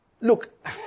Look